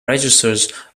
registers